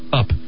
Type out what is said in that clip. up